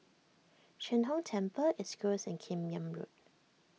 Sheng Hong Temple East Coast and Kim Yam Road